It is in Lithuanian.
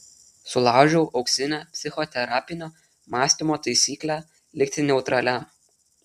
sulaužiau auksinę psichoterapinio mąstymo taisyklę likti neutraliam